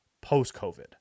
post-COVID